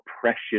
precious